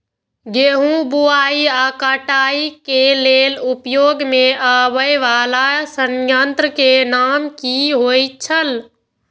गेहूं बुआई आ काटय केय लेल उपयोग में आबेय वाला संयंत्र के नाम की होय छल?